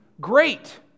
great